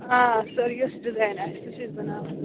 آ سُہ یُس ڈَزاین آسہِ سُہ چھِ أسۍ بناوان